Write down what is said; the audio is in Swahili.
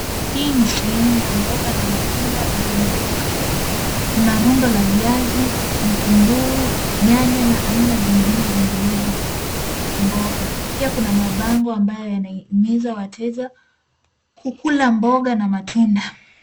Hii ni sehemu ya mboga na matunda ndani ya duka kuu. Kuna rundo la viazi, vitunguu, nyanya na aina zingine nyinginezo za mboga. Pia kuna mabango ambayo yanayohimiza wateja kukula mboga na matunda.